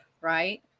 right